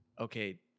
okay